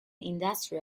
industry